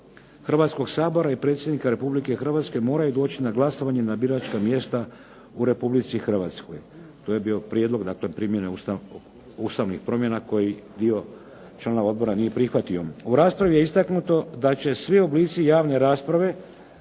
Hrvatskog sabora i Predsjednika Republike Hrvatske moraju doći na glasovanje na biračka mjesta u Republici Hrvatskoj. To je bio prijedlog dakle primjene ustavnih promjena koji dio članova odbora nije prihvatio. U raspravi je istaknuto da će svi oblici javne rasprave